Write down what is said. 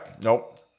Nope